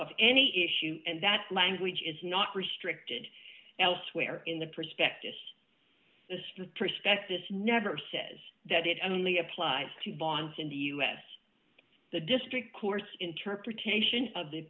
of any issue and that language is not restricted elsewhere in the prospectus this prospectus never says that it only applies to bonds in the u s the district course interpretation of the